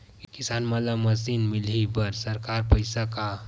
किसान मन ला मशीन मिलही बर सरकार पईसा का?